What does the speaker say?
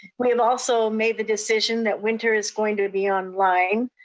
we have also made the decision that winter is going to be online.